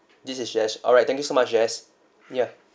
this is jess alright thank you so much jess ya